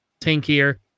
tankier